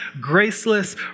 graceless